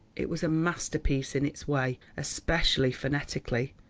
it was a master-piece in its way, especially phonetically.